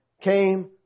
came